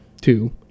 two